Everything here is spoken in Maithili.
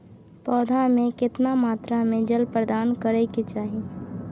पौधा में केतना मात्रा में जल प्रदान करै के चाही?